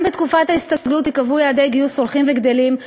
גם בתקופת ההסתגלות ייקבעו יעדי גיוס הולכים וגדלים,